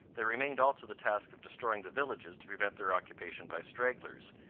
there remained also the task of destroying the villages to prevent their occupation by stragglers,